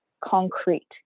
concrete